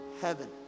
heaven